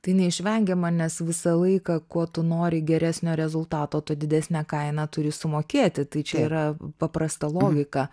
tai neišvengiama nes visą laiką kuo tu nori geresnio rezultato tuo didesnę kainą turi sumokėti tai čia yra paprasta logika